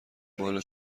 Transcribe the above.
مال